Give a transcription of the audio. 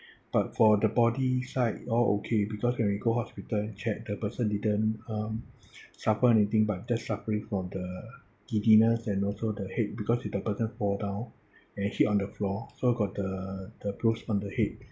but for the body side all okay because when we go hospital check the person didn't um suffer anything but just suffering from the giddiness and also the head because if the person fall down and hit on the floor so got the the bruise on the head